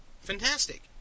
Fantastic